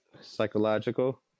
Psychological